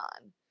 on